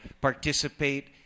participate